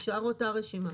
שנשארה אותה רשימה.